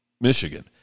Michigan